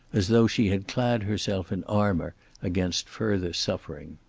as though she had clad herself in armor against further suffering.